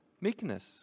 meekness